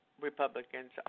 Republicans